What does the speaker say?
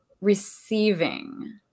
receiving